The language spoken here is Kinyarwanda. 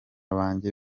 banjye